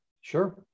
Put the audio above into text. Sure